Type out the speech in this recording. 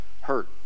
hurt